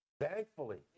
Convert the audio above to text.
thankfully